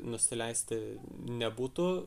nusileisti nebūtų